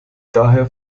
daher